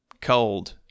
cold